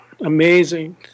amazing